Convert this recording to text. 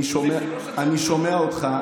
אני שומע אותך.